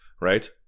right